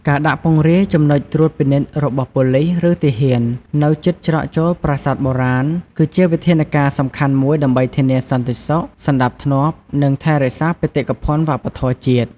ការដាក់ពង្រាយ ចំណុចត្រួតពិនិត្យរបស់ប៉ូលិស ឬទាហាន នៅជិតច្រកចូលប្រាសាទបុរាណ គឺជាវិធានការសំខាន់មួយដើម្បីធានាសន្តិសុខ សណ្តាប់ធ្នាប់ និងថែរក្សាបេតិកភណ្ឌវប្បធម៌ជាតិ។